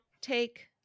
take